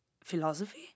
philosophy